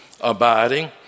abiding